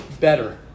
better